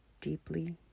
deeply